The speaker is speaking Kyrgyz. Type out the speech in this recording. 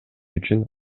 үчүн